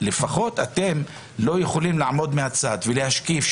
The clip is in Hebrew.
לפחות אתם לא יכולים לעמוד מהצד ולהשקיף,